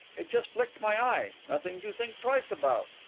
it just flicked my eye nothing to think twice about.